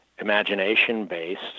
imagination-based